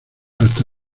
hasta